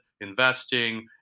investing